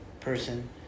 person